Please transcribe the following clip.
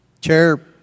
Chair